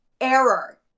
error